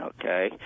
Okay